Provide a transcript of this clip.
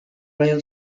rail